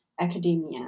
academia